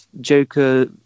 Joker